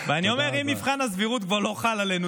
ואני אומר: אם מבחן הסבירות כבר לא חל עלינו,